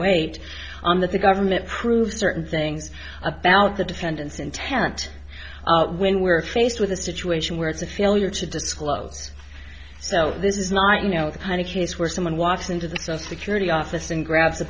zero eight on that the government proved certain things about the defendant's intent when we're faced with a situation where it's a failure to disclose so this is not you know the kind of case where someone walks into the social security office and grabs a